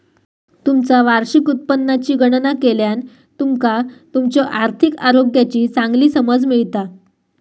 तुमचा वार्षिक उत्पन्नाची गणना केल्यान तुमका तुमच्यो आर्थिक आरोग्याची चांगली समज मिळता